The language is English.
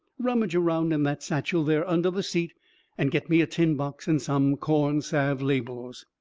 rummage around in that satchel there under the seat and get me a tin box and some corn salve labels.